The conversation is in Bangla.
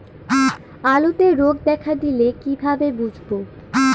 আলুতে রোগ দেখা দিলে কিভাবে বুঝবো?